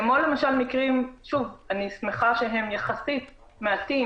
כמו מקרים שאני שמחה שהם יחסית מעטים